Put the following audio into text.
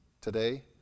today